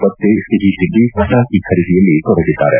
ಬಟ್ಟೆ ಸಿಹಿತಿಂಡಿ ಪಟಾಕಿ ಖರೀದಿಯಲ್ಲಿ ತೊಡಗಿದ್ದಾರೆ